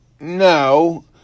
no